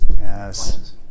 Yes